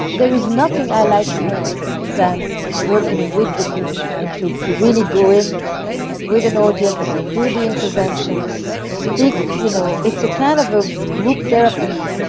there is nothing i like more than working with the people and to to really go in with an audience, do the interventions, speak. you know it's kind of a group therapy